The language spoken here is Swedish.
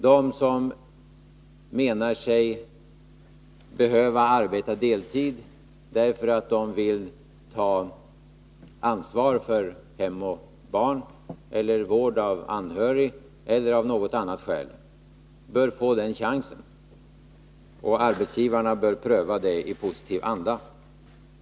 De som menar sig behöva arbeta deltid därför att de vill ta ansvar för hem och barn eller vård av anhörig eller som av något annat skäl vill arbeta deltid bör få den chansen, och arbetsgivarna bör pröva det i positiv anda.